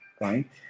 right